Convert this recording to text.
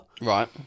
Right